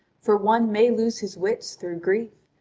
for one may lose his wits through grief.